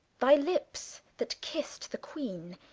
thy lips that kist the queene,